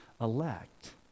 elect